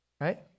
right